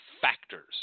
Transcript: factors